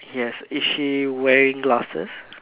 yes is she wearing glasses